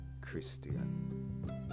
Christian